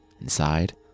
Inside